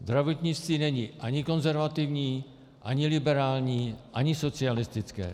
Zdravotnictví není ani konzervativní, ani liberální, ani socialistické.